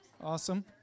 Awesome